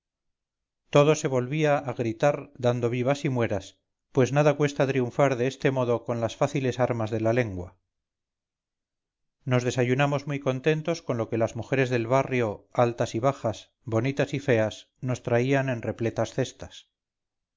todo se volvía a gritar dando vivas y mueras pues nada cuesta triunfar de este modo con las fáciles armas de la lengua nos desayunamos muy contentos con lo que las mujeres del barrio altas y bajas bonitas y feas nos traían en repletas cestas